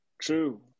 True